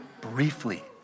briefly